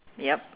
yup